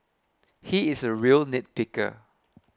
he is a real nitpicker